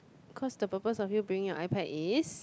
cause the purpose of you bringing your iPad is